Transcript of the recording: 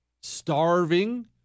starving